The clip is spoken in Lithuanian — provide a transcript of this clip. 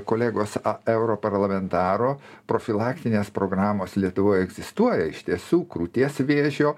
kolegos europarlamentaro profilaktinės programos lietuvoj egzistuoja iš tiesų krūties vėžio